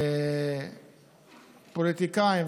פוליטיקאים,